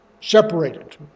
separated